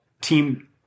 team